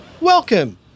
Welcome